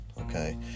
okay